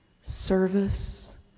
service